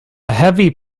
heavy